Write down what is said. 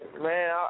Man